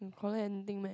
collect anything meh